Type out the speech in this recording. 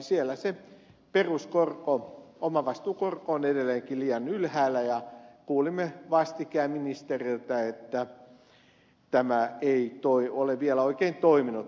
siellä se peruskorko omavastuukorko on edelleenkin liian ylhäällä ja kuulimme vastikään ministeriltä että tämä kannustin ei ole vielä oikein toiminut